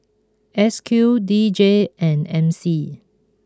S Q D J and M C